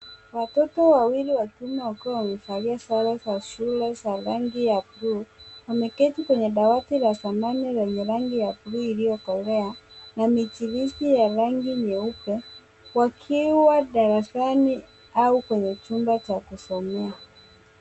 Watoto wawili wa kiume wakiwa wamevalia sare za shule za rangi ya blue wameketi kwenye dawati la zamani lenye rangi ya blue iliyokolea na michirizi ya rangi nyeupe wakiwa darasani au kwenye chumba cha kusomea.